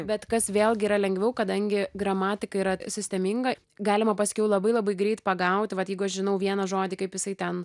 bet kas vėlgi yra lengviau kadangi gramatika yra sisteminga galima paskiau labai labai greit pagauti vat jeigu aš žinau vieną žodį kaip jisai ten